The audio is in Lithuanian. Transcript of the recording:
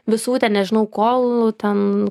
visų ten nežinau kolų ten